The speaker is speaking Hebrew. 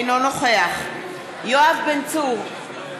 אינו נוכח יואב בן צור,